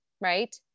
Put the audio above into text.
right